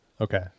Okay